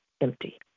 empty